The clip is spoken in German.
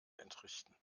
entrichten